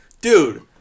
dude